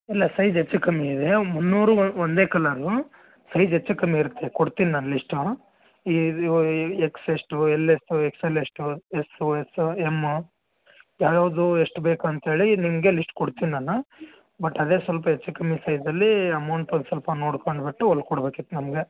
ಇಲ್ಲ ಸೈಜ್ ಹೆಚ್ಚು ಕಮ್ಮಿ ಇದೆ ಮುನ್ನೂರು ಒಂದೇ ಕಲರು ಸೈಜ್ ಹೆಚ್ಚು ಕಮ್ಮಿ ಇರುತ್ತೆ ಕೊಡ್ತೀನಿ ನಾನು ಲಿಸ್ಟು ಎಕ್ಸ್ ಎಷ್ಟು ಎಲ್ ಎಷ್ಟು ಎಕ್ಸ್ ಎಲ್ ಎಷ್ಟು ಎಕ್ಸ್ ಎಸ್ ಎಮ್ ಯಾವ್ಯಾವುದು ಎಷ್ಟು ಬೇಕು ಅಂಥೇಳಿ ನಿಮಗೆ ಲಿಸ್ಟ್ ಕೊಡ್ತೀನಿ ನಾನು ಬಟ್ ಅದೇ ಸ್ವಲ್ಪ ಹೆಚ್ಚು ಕಮ್ಮಿ ಸೈಜ್ಲ್ಲೀ ಅಮೌಂಟ್ ಒಂದು ಸ್ವಲ್ಪ ನೋಡ್ಕೊಂಡು ಬಿಟ್ಟು ಹೊಲ್ಕೊಡ್ಬೇಕಿತ್ತು ನಮಗೆ